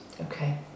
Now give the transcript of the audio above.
Okay